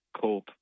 cope